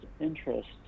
interest